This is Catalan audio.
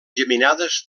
geminades